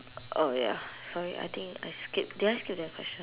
oh ya sorry I think I skip did I skip that question